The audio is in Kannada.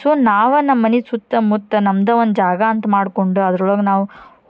ಸೊ ನಾವೇ ನಮ್ಮ ಮನೆ ಸುತ್ತಮುತ್ತ ನಮ್ದು ಒಂದು ಜಾಗ ಅಂತ ಮಾಡ್ಕೊಂಡು ಅದ್ರೊಳಗೆ ನಾವು